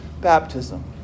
baptism